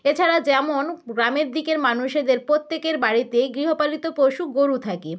এছাড়া যেমন গ্রামের দিকের মানুষেদের প্রত্যেকের বাড়িতে গৃহপালিত পশু গরু থাকে